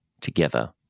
together